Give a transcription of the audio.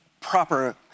proper